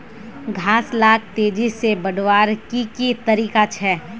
घास लाक तेजी से बढ़वार की की तरीका छे?